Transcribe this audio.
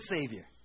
Savior